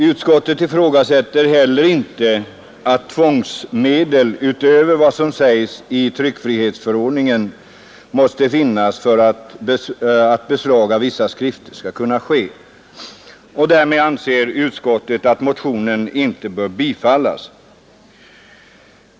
Utskottet ifrågasätter heller inte att tvångsmedel utöver vad som sägs i tryckfrihetsförordningen måste finnas för att beslag av vissa skrifter skall kunna ske. Därför anser utskottet att motionen inte bör bifallas.